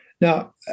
Now